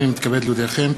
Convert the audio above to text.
הנני מתכבד להודיעכם,